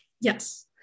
Yes